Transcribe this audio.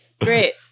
Great